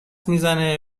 میزنه